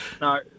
no